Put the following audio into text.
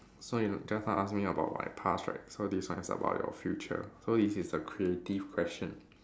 so you just now ask me about my past right so this one is about your future so this is a creative question